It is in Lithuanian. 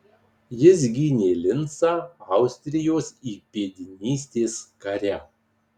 jis gynė lincą austrijos įpėdinystės kare